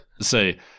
say